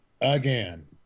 again